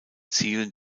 zielen